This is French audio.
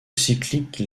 cycliques